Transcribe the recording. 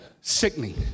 Sickening